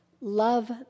Love